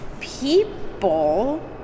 people